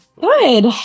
Good